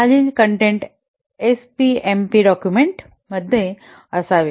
खालील content SPMP डॉक्युमेंटमध्ये असावे